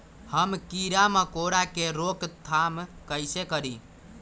हम किरा मकोरा के रोक थाम कईसे करी?